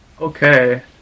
Okay